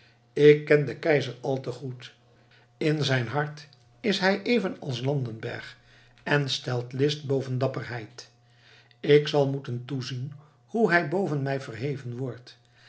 ik ken den keizer al te goed in zijn hart is hij even als landenberg en stelt list boven dapperheid ik zal moeten toezien hoe hij boven mij verheven wordt